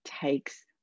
takes